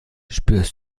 spürst